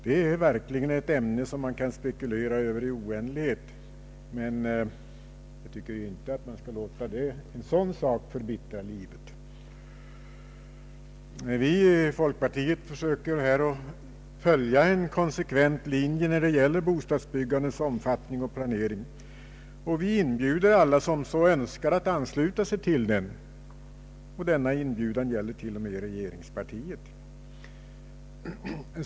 Det är verkligen ett ämne som man kan spekulera över i oändlighet, men jag tycker inte att man skall låta något sådant förbittra livet. Vi i folkpartiet försöker följa en konsekvent linje när det gäller bostadsbyggandets omfattning och planering, och vi inbjuder alla som så önskar att ansluta sig till den linjen. Denna inbjudan gäller t.o.m. regeringspartiet.